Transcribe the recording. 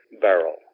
barrel